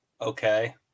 okay